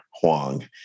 Huang